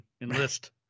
enlist